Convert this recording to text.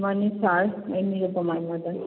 ꯃꯥꯅꯤ ꯁꯥꯔ ꯑꯩ ꯅꯤꯔꯨꯄꯃꯥꯒꯤ ꯃꯗꯔ